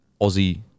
Aussie